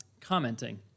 commenting